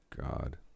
god